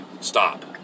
stop